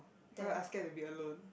uh I scared to be alone